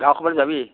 গাঁও সভালৈ যাবি